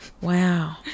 Wow